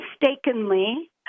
mistakenly